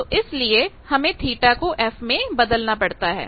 तो इसलिए हमें θ को f में बदलना पड़ता है